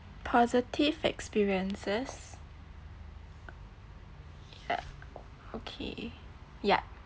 positive experiences ya okay yup